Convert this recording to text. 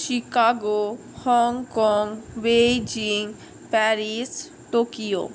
Chicago Hong Kong Beijing Paris Tokyo